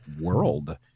world